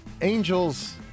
Angels